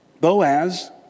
Boaz